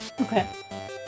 Okay